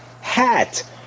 hat